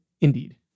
Indeed